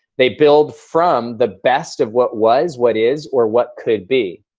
they build from the best of what was, what is, or what could be.